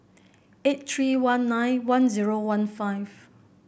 eight three one nine one zero one five